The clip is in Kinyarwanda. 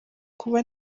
kuba